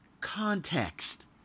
context